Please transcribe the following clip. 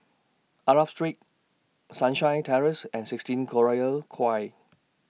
Arab Street Sunshine Terrace and sixteen Collyer Quay